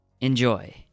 Enjoy